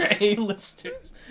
A-listers